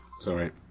sorry